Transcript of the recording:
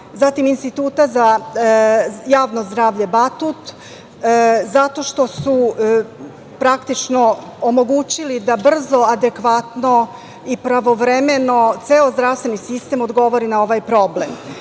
zatim Instituta za javno zdravlje „Batut“, zato što su praktično omogućili da brzo, adekvatno i pravovremeno ceo zdravstveni sistem odgovori na ovaj problem. Vladu